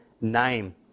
name